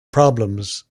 problems